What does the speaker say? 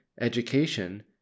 education